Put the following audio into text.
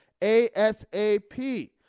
ASAP